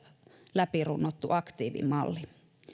läpi runnottu aktiivimalli